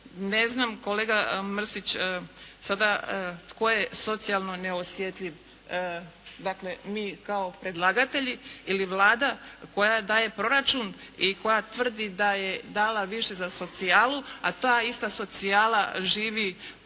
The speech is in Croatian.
ne znam kolega Mrsić, sada tko je socijalno neosjetljiv? Mi kao predlagatelji ili Vlada koja daje proračun i koja tvrdi da je dala više za socijalu, a ta ista socijala živi puno,